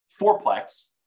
fourplex